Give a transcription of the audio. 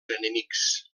enemics